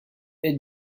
aide